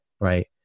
right